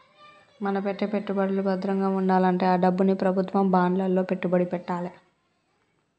మన పెట్టే పెట్టుబడులు భద్రంగా వుండాలంటే ఆ డబ్బుని ప్రభుత్వం బాండ్లలో పెట్టుబడి పెట్టాలే